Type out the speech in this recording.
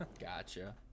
Gotcha